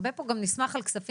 הרבה פה גם נסמך על כספים,